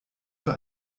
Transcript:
für